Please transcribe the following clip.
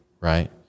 right